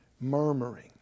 murmuring